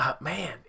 man